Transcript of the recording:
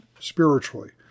spiritually